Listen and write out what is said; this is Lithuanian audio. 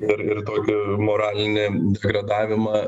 ir ir tokį moralinį degradavimą